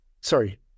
Sorry